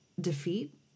defeat